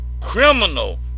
criminal